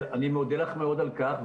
אני מודה לך מאוד על כך.